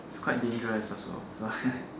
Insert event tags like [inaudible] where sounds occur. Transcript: it's quite dangerous also so [noise]